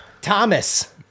Thomas